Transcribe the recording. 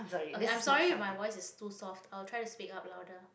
okay i'm sorry if my voice is too soft i will try to speak up louder